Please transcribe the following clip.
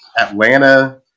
Atlanta